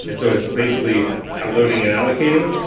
and so, it's basically loading and allocating.